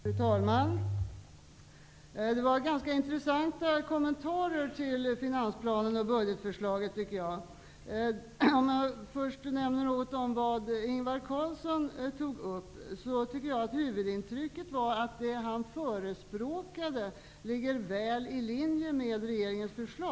Fru talman! Det har här gjorts ganska intressanta kommentarer till finansplanen och budgetförslaget. Om jag först vänder mig till Ingvar Carlsson, tycker jag att huvudintrycket var att det han förespråkade ligger väl i linje med regeringens förslag.